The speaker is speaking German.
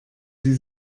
sie